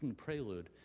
and prelude,